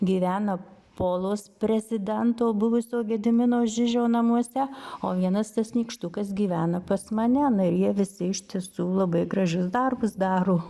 gyvena polos prezidento buvusio gedimino žižio namuose o vienas tas nykštukas gyvena pas mane na ir jie visi iš tiesų labai gražius darbus daro